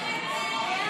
לא